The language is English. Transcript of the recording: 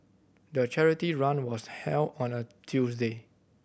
the charity run was held on a Tuesday